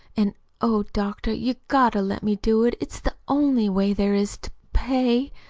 an' oh, doctor, you've got to let me do it it's the only way there is to p-pay.